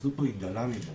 ההתייחסות כאן היא דלה מדי.